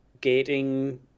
gating